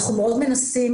אנחנו מאוד מנסים,